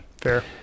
Fair